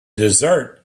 desert